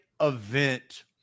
event